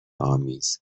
آمیز